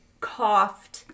coughed